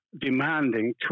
demanding